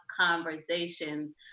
conversations